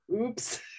oops